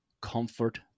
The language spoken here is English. comfort